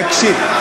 תקשיב.